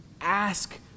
ask